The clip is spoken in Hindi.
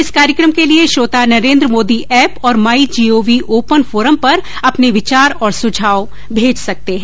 इस कार्यक्रम के लिए श्रोता नरेन्द्र मोदी ऐप और माई जीओवी ओपन फोरम पर अपने विचार और सुझाव भेज सकते हैं